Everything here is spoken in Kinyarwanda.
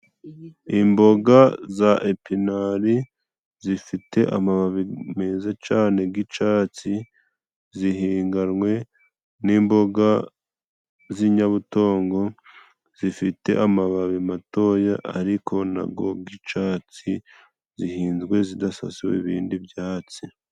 Imboga za epinari zifite amababi meza cane g'icatsi, zihinganwe n'imboga z'inyabutongo zifite amababi matoya ariko nago g'icatsi, zihinzwe zidasasiwe ibindi byatsi.